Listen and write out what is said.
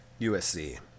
USC